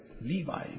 Levi